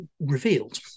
revealed